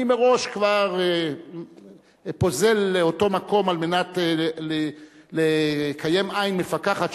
אני מראש כבר פוזל לאותו מקום כדי לקיים עין מפקחת,